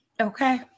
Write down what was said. Okay